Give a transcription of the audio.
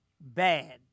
Bad